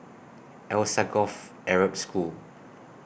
Alsagoff Arab School